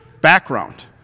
background